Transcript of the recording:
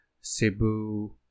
Cebu